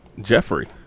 Jeffrey